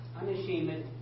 unashamed